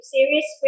Series